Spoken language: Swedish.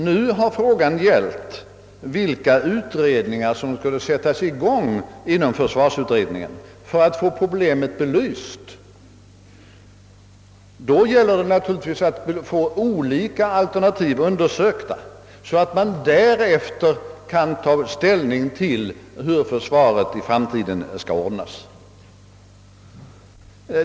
Nu har frågan varit vilka utredningar som skulle sättas i gång inom försvarsutredningen för att få problemet belyst, och då gäller det naturligtvis att få olika alternativ undersökta, så att man därefter kan ta ställning till hur försvaret skall ordnas i framtiden.